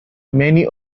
many